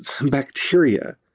bacteria